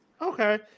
Okay